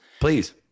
Please